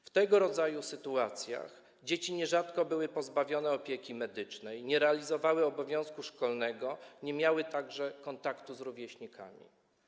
W tego rodzaju sytuacjach dzieci nierzadko były pozbawione opieki medycznej, nie realizowały obowiązku szkolnego, nie miały także kontaktu z rówieśnikami.